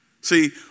See